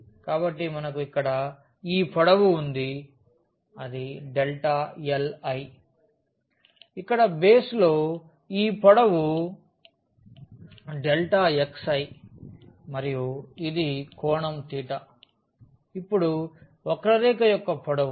కాబట్టి మనకు ఇక్కడ ఈ పొడవు ఉంది li ఇక్కడ బేస్ లో ఈ పొడవు xi మరియు ఇది కోణం తీటా ఇప్పుడు వక్రరేఖ యొక్క పొడవు